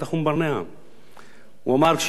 הוא אמר: כשתהיה מלחמה אני אשלח את ארבעת הפקידים